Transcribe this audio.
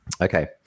Okay